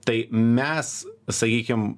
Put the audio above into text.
tai mes sakykim